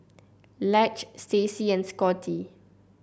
Lige Stacey and Scotty